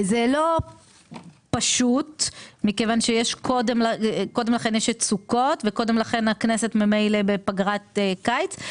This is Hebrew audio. זה לא פשוט מכיוון שיש קודם לכן את סוכות והכנסת ממילא בפגרת קיץ.